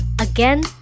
Again